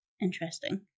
Interesting